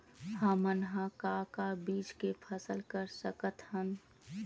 हमन ह का का बीज के फसल कर सकत हन?